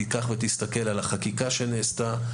תיקח ותסתכל על החקיקה שנעשתה,